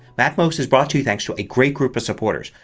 macmost is brought to you thanks to a great group of supporters.